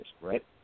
right